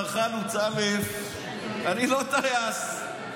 מר חלוץ: אני לא טייס,